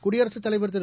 குடியரசுத் தலைவர் திரு